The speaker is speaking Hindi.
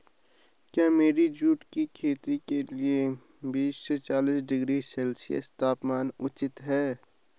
क्या मेरी जूट की खेती के लिए बीस से चालीस डिग्री सेल्सियस तापमान उचित है?